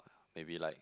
maybe like